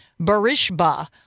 Barishba